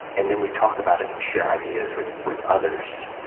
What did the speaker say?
and then we talk about it and share ideas with with others,